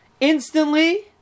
instantly